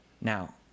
now